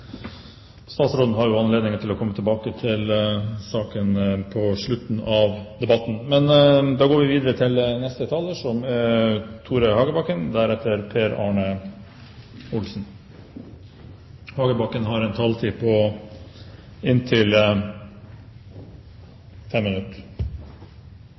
Statsråden har jo anledning til å komme tilbake igjen til saken på slutten av debatten. Vi går videre til neste taler.